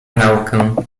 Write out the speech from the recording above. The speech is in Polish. naukę